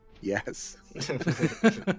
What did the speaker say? Yes